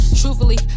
truthfully